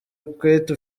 kwetu